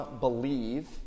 believe